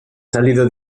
salido